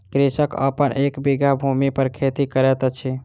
कृषक अपन एक बीघा भूमि पर खेती करैत अछि